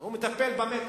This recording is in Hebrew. הוא מטפל במתח.